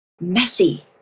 messy